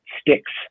sticks